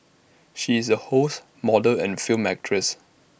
she is A host model and film actress